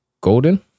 golden